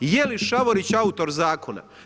Je li Šavorić autor zakona?